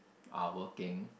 are working